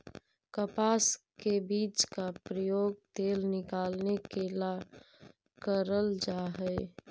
कपास के बीज का प्रयोग तेल निकालने के ला करल जा हई